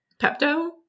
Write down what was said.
Pepto